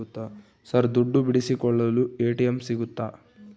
Sir ದುಡ್ಡು ಬಿಡಿಸಿಕೊಳ್ಳಲು ATM ಸಿಗುತ್ತಾ?